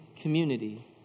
community